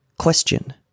Question